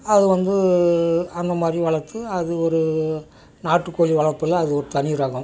அது வந்து அந்த மாதிரி வளர்த்து அது ஒரு நாட்டு கோழி வளர்ப்பில் அது ஒரு தனி ரகம்